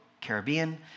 Caribbean